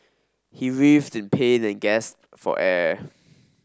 he writhed in pain and gasped for air